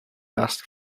ask